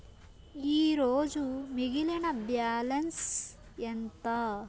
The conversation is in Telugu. ఈరోజు మిగిలిన బ్యాలెన్స్ ఎంత?